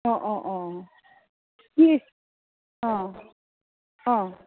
অঁ অঁ অঁ অঁ অঁ